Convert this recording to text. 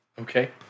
Okay